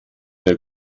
der